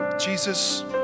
Jesus